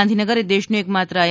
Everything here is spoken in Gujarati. ગાંધીનગર એ દેશનું એકમાત્ર આઇ